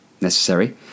necessary